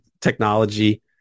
technology